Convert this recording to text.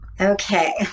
okay